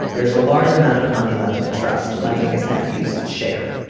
there's a large amount of money left in the trust. my youngest nephews share.